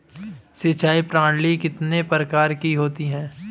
सिंचाई प्रणाली कितने प्रकार की होती है?